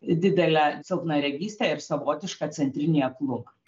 didelę silpnaregystę ir savotišką centrinį aklumą